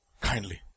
Kindly